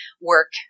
work